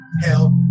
help